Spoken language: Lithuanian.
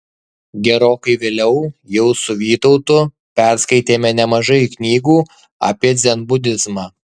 gerokai vėliau jau su vytautu perskaitėme nemažai knygų apie dzenbudizmą